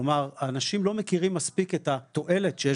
כלומר האנשים לא מכירים מספיק את התועלת שיש